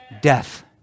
Death